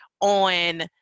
on